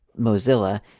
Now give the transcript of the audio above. Mozilla